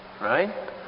right